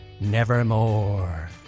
nevermore